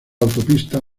autopista